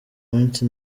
munsi